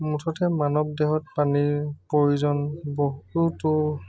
মুঠতে মানৱ দেহত পানীৰ প্ৰয়োজন বহুতো